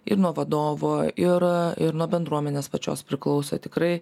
ir nuo vadovo ir ir nuo bendruomenės pačios priklauso tikrai